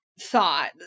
thought